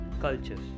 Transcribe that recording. cultures